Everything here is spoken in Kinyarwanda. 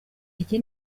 iki